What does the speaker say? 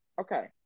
okay